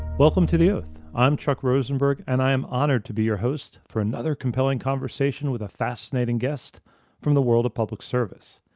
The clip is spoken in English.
welcome to the oath. i'm chuck rosenberg, and i am honored to be your host for another compelling conversation with a fascinating guest from the world of public service.